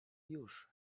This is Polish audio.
już